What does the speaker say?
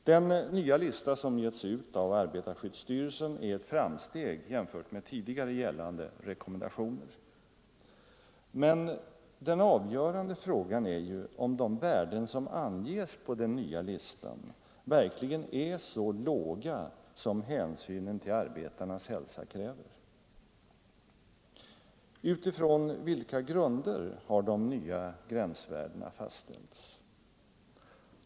Den nya listan som givits ut av arbetarskyddsstyrelsen är ett framsteg jämfört med tidigare gällande rekommendationer. Men den avgörande frågan är ju om de värden som anges på den nya listan verkligen är så låga som hänsynen till arbetarnas hälsa kräver. På vilka grunder har de nya gränsvärdena fastställts?